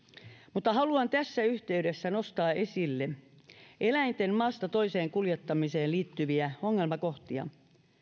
mutta haluan tässä yhteydessä nostaa esille eläinten maasta toiseen kuljettamiseen liittyviä ongelmakohtia